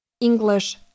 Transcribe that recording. English